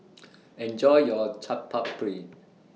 Enjoy your Chaat Papri